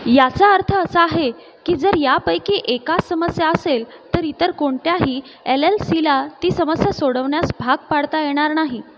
याचा अर्थ असा आहे की जर यापैकी एकास समस्या असेल तर इतर कोणत्याही एल एल सीला ती समस्या सोडवण्यास भाग पाडता येणार नाही